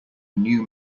new